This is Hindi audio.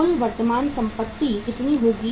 कुल वर्तमान संपत्ति कितनी होगी